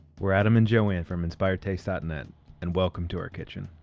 we're adam and joanne from inspiredtaste dot net and welcome to our kitchen.